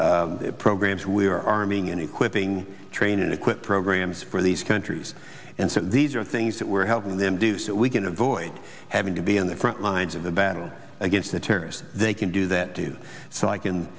eight programs we are arming and equipping train equip programs for these countries and so these are things that we're helping them do so we can avoid having to be in the front lines of the battle against the terrorists they can do that too so i can